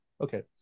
Okay